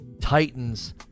Titans